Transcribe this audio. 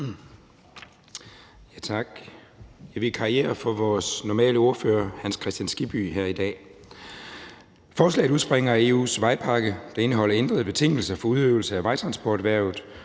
Jeg vikarierer for vores normale ordfører, Hans Kristian Skibby, her i dag. Forslaget udspringer af EU's vejpakke, der indeholder ændrede betingelser for udøvelse af vejtransporterhvervet,